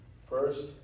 First